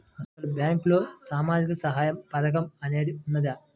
అసలు బ్యాంక్లో సామాజిక సహాయం పథకం అనేది వున్నదా?